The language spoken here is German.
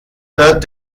wird